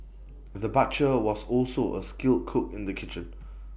the butcher was also A skilled cook in the kitchen